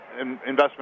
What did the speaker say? investment